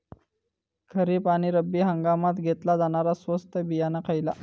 खरीप आणि रब्बी हंगामात घेतला जाणारा स्वस्त बियाणा खयला?